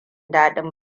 daɗin